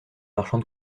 marchand